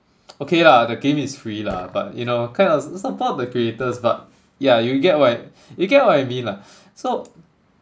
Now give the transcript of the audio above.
okay lah the game is free lah but you know kind of support the creators but yeah you get what I you get what I mean lah so